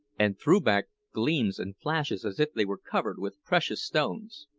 and threw back gleams and flashes as if they were covered with precious stones.